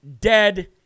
dead